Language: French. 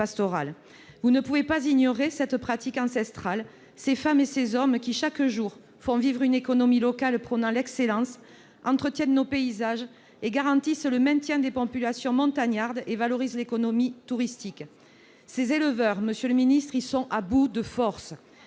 Vous ne pouvez ignorer ni cette pratique ancestrale ni ces femmes et ces hommes qui, chaque jour, font vivre une économie locale prônant l'excellence, entretiennent nos paysages, garantissent le maintien des populations montagnardes et valorisent l'économie touristique. Ces éleveurs sont à bout de forces.